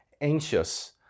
anxious